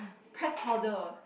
press powder